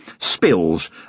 spills